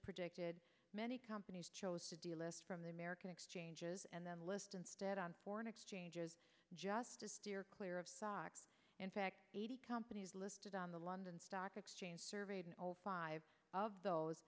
predicted many companies chose to delist from the american exchanges and then list instead on foreign exchanges just clear of stocks in fact eighty companies listed on the london stock exchange surveyed all five of those